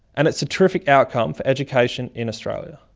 and it's a terrific outcome for education in australia.